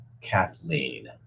Kathleen